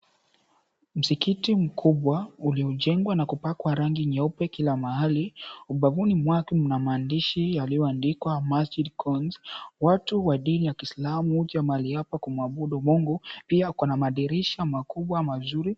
Msikiti mkubwa uliyojengwa na kupakwa rangi nyeupe kila mahali ubaghuni mwake, kuna maandishi yaliyoandikwa Majid Kons. Watu wa dini ya Kiislamu uja mahali hapa kumuabudu Mungu pia kuna madirisha makubwa mazuri.